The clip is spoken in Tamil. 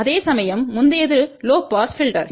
அதேசமயம் முந்தையது லோ பாஸ் பில்டர்